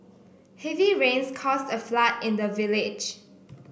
heavy rains caused a flood in the village